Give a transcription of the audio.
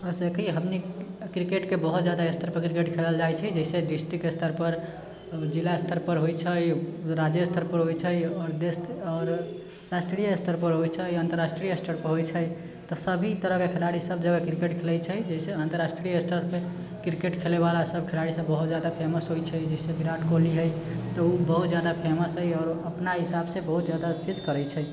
अइसे कि हमनी क्रिकेटके बहुत ज्यादा स्तरपर क्रिकेट खेललो जाइ छै जइसे डिस्टिक स्तर पर जिला स्तरपर होइ छै राज्य स्तरपर होइ छै आओर देश आओर राष्ट्रीय स्तरपर होइ छै अन्तराष्ट्रिय स्तरपर होइ छै तऽ सभी तरहके खेलाड़ी सभ जगह क्रिकेट खेलै छै जैसे अन्तराष्ट्रीय स्तरपर क्रिकेट खेलैवला सभ खेलाड़ी सभ बहुत जादा फेमस होइ छै जैसे विराट कोहली हय तऽ उ बहुत जादा हय आओर अपना हिसाबसँ बहुत जादा करै छै